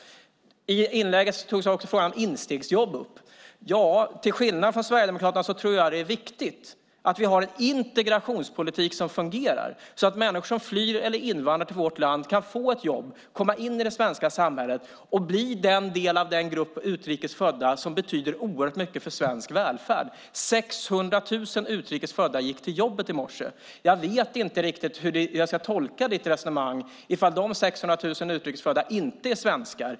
I inlägget togs även frågan om instegsjobb upp. Till skillnad från Sverigedemokraterna tror jag att det är viktigt att vi har en integrationspolitik som fungerar så att människor som flyr eller invandrar till vårt land kan få ett jobb, komma in i det svenska samhället och bli del av den grupp utrikesfödda som betyder oerhört mycket för svensk välfärd. 600 000 utrikesfödda gick till jobbet i morse. Jag vet inte riktigt hur jag ska tolka ditt resonemang ifall de 600 000 utrikesfödda inte är svenskar.